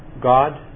God